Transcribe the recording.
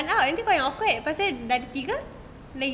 nanti kau yang awkward pasal dah ada tiga